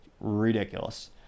Ridiculous